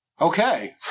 Okay